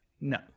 No